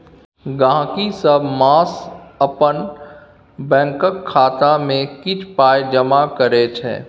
गहिंकी सब मास अपन बैंकक खाता मे किछ पाइ जमा करै छै